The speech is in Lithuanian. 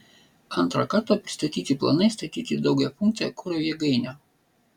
antrą kartą pristatyti planai statyti daugiafunkcę kuro jėgainę